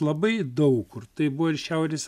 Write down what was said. labai daug kur tai buvo ir šiaurės